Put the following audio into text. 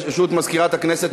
ברשות מזכירת הכנסת,